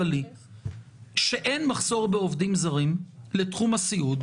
לי שאין מחסור בעובדים זרים לתחום הסיעוד,